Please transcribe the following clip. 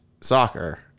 soccer